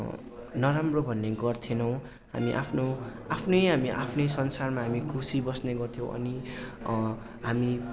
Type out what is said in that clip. नराम्रो भन्ने गर्थेनौँ हामी आफ्नो आफ्नै हामी आफ्नै संसारमा खुसी बस्ने गर्थ्यौँ अनि हामी